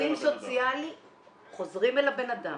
ועובדים סוציאליים חוזרים אל הבן אדם.